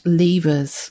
levers